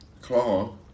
claw